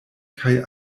kaj